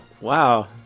Wow